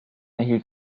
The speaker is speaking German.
erhielt